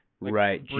Right